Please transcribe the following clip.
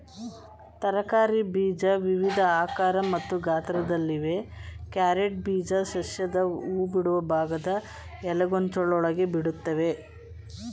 ತರಕಾರಿ ಬೀಜ ವಿವಿಧ ಆಕಾರ ಮತ್ತು ಗಾತ್ರದಲ್ಲಿವೆ ಕ್ಯಾರೆಟ್ ಬೀಜ ಸಸ್ಯದ ಹೂಬಿಡುವ ಭಾಗದ ಎಲೆಗೊಂಚಲೊಳಗೆ ಬೆಳಿತವೆ